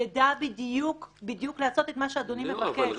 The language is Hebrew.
ידע בדיוק לעשות מה שאדוני מבקש.